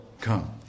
come